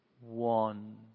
one